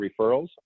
referrals